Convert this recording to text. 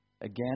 again